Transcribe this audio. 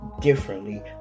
differently